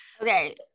Okay